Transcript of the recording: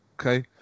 Okay